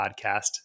podcast